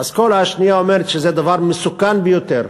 האסכולה השנייה אומרת שזה דבר מסוכן ביותר,